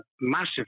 massive